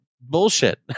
bullshit